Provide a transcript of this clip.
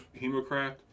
Hemocraft